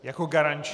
Jako garanční?